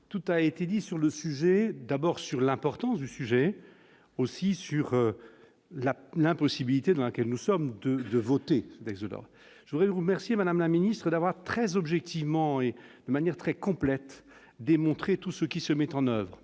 tout a été dit sur le sujet, d'abord sur l'importance du sujet aussi sur la l'impossibilité dans laquelle nous sommes de de voter, je voudrais vous remercier, Madame la ministre d'avoir très objectivement et de manière très complète démontrer tout ce qui se mettent en